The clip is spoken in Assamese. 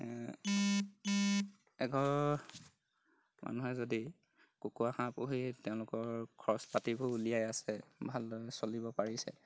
এঘৰ মানুহে যদি কুকুৰা হাঁহ পুহি তেওঁলোকৰ খৰচ পাতিবোৰ উলিয়াই আছে ভালদৰে চলিব পাৰিছে